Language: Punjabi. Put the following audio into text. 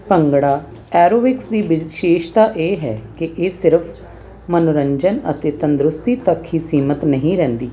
ਭੰਗੜਾ ਐਰੋਵਿਕਸ ਦੀ ਵਿਸ਼ੇਸ਼ਤਾ ਇਹ ਹੈ ਕਿ ਇਹ ਸਿਰਫ ਮਨੋਰੰਜਨ ਅਤੇ ਤੰਦਰੁਸਤੀ ਪੱਖੀ ਸੀਮਤ ਨਹੀਂ ਰਹਿੰਦੀ